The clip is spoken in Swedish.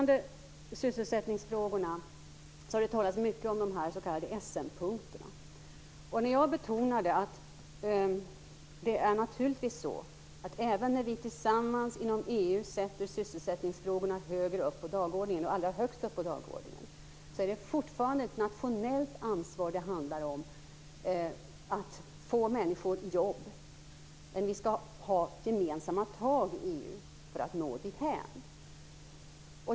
Det talas mycket om de s.k. Essenpunkterna. Även om vi tillsammans inom EU sätter sysselsättningsfrågorna allra högst upp på dagordningen, är det fortfarande ett nationellt ansvar det handlar om att få människor i jobb. Men vi skall ta gemensamma tag i EU för att nå dithän.